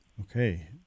Okay